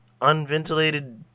unventilated